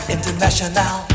International